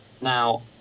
Now